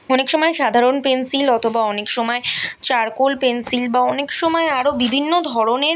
অনেক সময় সাধারণ পেন্সিল অথবা অনেক সময় চারকোল পেন্সিল বা অনেক সময় আরও বিভিন্ন ধরনের